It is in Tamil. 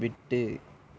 விட்டு